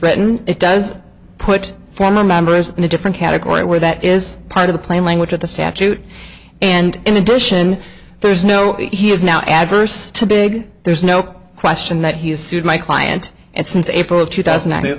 written it does put former members in a different category where that is part of the plain language of the statute and in addition there's no he is now adverse to big there's no question that he has sued my client and since april two thousand th